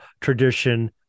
tradition